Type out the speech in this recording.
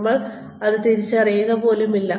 നമ്മൾ അത് തിരിച്ചറിയുക പോലുമില്ല